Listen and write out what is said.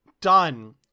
done